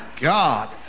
God